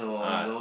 uh